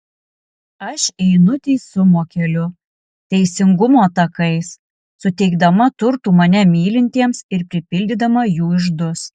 aš einu teisumo keliu teisingumo takais suteikdama turtų mane mylintiems ir pripildydama jų iždus